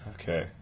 Okay